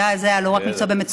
כי זה היה לא רק מקצוע במצוקה,